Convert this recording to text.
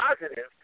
positive